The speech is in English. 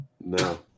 No